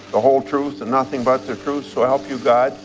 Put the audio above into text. the whole truth and nothing but the truth so help you god?